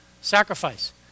sacrifice